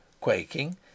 Quaking